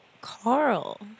Carl